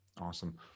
Awesome